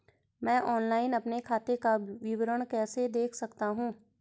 मैं ऑनलाइन अपने खाते का विवरण कैसे देख सकता हूँ?